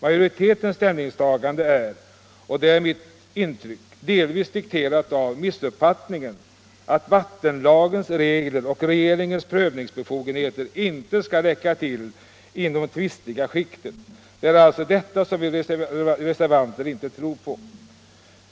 Majoritetens ställningstagande är — det är mitt intryck — delvis dikterat av missuppfattningen att vattenlagens regler och regeringens prövningsbefogenheter inte skall räcka till inom det tvistiga skiktet. Det är alltså detta som vi reservanter inte tror på.